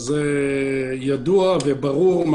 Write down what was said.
זה ידוע וברור.